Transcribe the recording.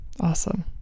Awesome